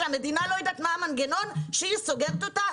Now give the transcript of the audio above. שהמדינה לא יודעת מה המנגנון כשהיא סוגרת אותם?